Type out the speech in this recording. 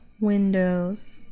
windows